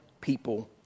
people